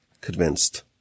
convinced